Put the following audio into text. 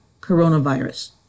coronavirus